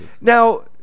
Now